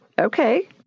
Okay